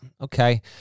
Okay